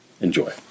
Enjoy